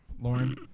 Lauren